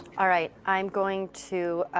all right, i'm going to